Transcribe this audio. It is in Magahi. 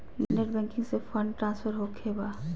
नेट बैंकिंग से फंड ट्रांसफर होखें बा?